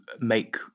make